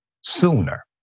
sooner